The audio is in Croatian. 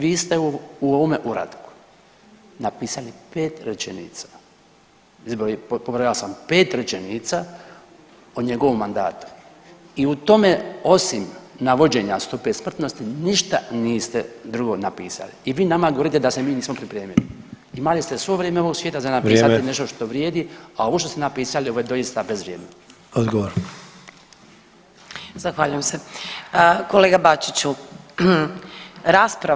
Vi ste u ovome uratku napisali 5 rečenica, pobrojao sam 5 rečenica o njegovom mandatu i u tome osim navođenja stope smrtnosti ništa niste drugo napisali i vi nama govorite da se mi nismo pripremili, imali ste svo vrijeme ovog svijeta za napisati nešto što vrijedi, a ovo što ste napisali ovo je doista bezvrijedno.